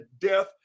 death